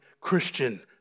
Christian